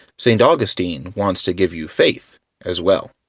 st. augustine wants to give you faith as well.